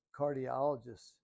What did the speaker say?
cardiologists